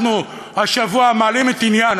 אנחנו השבוע מעלים את עניין,